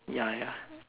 ya ya